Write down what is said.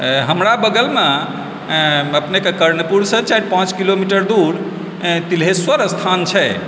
हमरा बगलमे अपनेके कर्णपुरसँ चारि पाँच किलोमीटर दूर तिल्हेश्वर स्थान छै